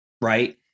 right